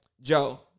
Joe